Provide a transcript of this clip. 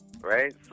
Right